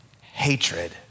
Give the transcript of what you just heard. hatred